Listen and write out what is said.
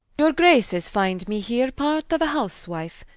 your graces find me heere part of a houswife,